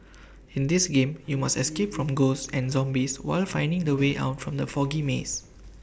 in this game you must escape from ghosts and zombies while finding the way out from the foggy maze